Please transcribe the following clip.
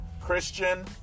Christian